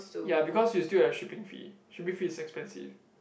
ya because you still have shipping fee shipping fee is expensive